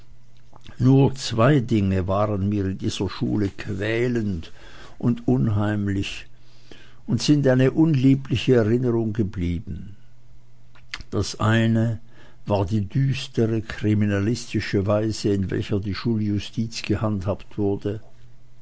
nur zwei dinge waren mir in dieser schule quälend und unheimlich und sind eine unliebliche erinnerung geblieben das eine war die düstere kriminalistische weise in welcher die schuljustiz gehandhabt wurde